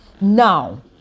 Now